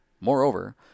Moreover